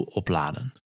opladen